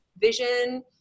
vision